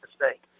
mistake